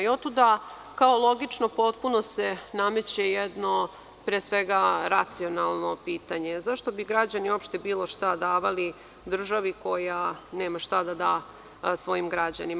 Otuda, kao logično potpuno, se nameće jedno, pre svega, racionalno pitanje - zašto bi građani uopšte bilo šta davali državi koja nema šta da da svojim građanima?